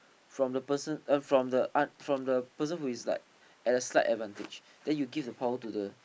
from the person from the un~ from the person who is like at a slight advantage then you give the power to the